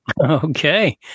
Okay